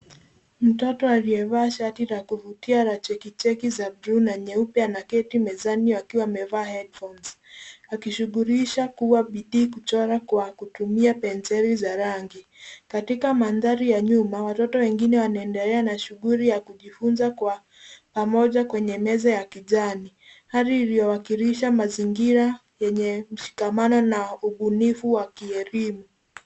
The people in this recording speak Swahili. Mtoto aliyevaa shati la kuvutia la chekicheki la bluu na nyeupe anaketi mezani akiwa amevaa headphones akijishughulisha kwa bidii kuchora na penseli za rangi. Katika mandhari ya nyuma, watoto wengine wanaendelea kujifunza kwa pamoja kwenye meza ya kijani Hali iliyowakilisha mazingira yenye mshikamano na ubunifu wa kielimu.